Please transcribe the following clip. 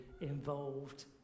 involved